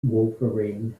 wolverine